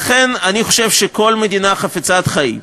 לכן, אני חושב שכל מדינה חפצת חיים,